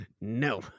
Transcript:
No